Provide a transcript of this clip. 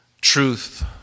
truth